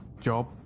job